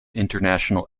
international